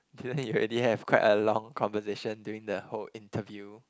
didn't you already have quite a long conversation during the whole interview